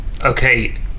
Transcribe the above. okay